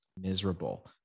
miserable